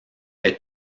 est